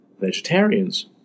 vegetarians